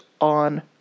on